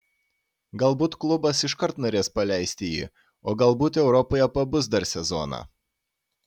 galbūt klubas iškart norės paleisti jį o galbūt europoje pabus dar sezoną